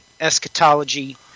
eschatology